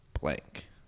blank